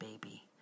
baby